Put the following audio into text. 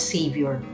Savior